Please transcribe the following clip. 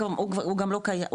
המלאי הוא גם לא קיים.